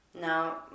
Now